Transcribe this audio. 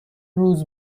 روز